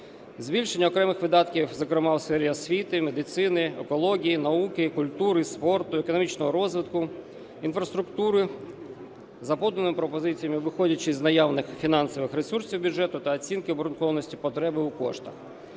Збільшення окремих видатків, зокрема у сфері освіти, медицини, екології, науки, культури, спорту, економічного розвитку, інфраструктури, за поданими пропозиціями, виходячи із наявних фінансових ресурсів бюджету та оцінки обґрунтованості потреби у коштах;